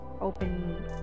open